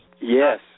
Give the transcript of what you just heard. yes